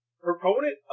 proponent